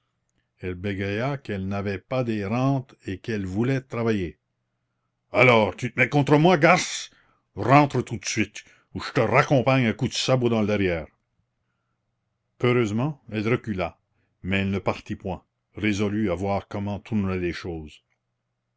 qu'elle n'avait pas des rentes et qu'elle voulait travailler alors tu te mets contre moi garce rentre tout de suite ou je te raccompagne à coups de sabot dans le derrière peureusement elle recula mais elle ne partit point résolue à voir comment tourneraient les choses